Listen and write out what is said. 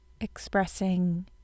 expressing